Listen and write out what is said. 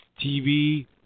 TV